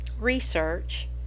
research